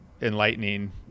enlightening